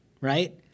right